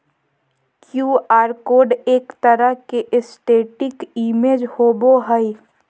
Q R code एक तरह के स्टेटिक इमेज होबो हइ